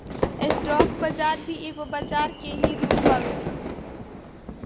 stock बाजार भी एगो बजरा के ही रूप हवे